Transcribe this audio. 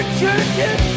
churches